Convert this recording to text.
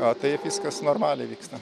o taip viskas normaliai vyksta